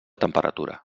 temperatura